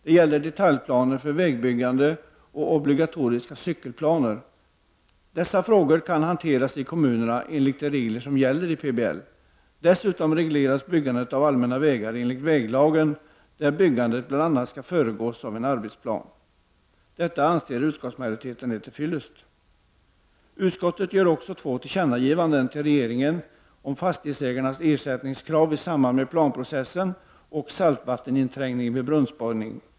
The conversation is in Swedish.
Det gäller detaljplaner för vägbyggande och obligatoriska cykelplaner. Dessa frågor kan hanteras i kommunerna enligt de regler som gäller i PBL. Dessutom regleras byggandet av allmänna vägar enligt väglagen enligt vilken byggandet bl.a. skall föregås en arbetsplan. Detta anser utskottsmajoriteten är till fyllest. Utskottet föreslår också två tillkännagivanden till regeringen om fastighetsägarnas ersättningskrav i samband med planprocessen och saltvatteninträngning vid brunnsborrning.